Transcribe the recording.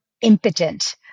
impotent